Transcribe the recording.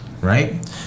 right